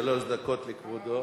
שלוש דקות לכבודו.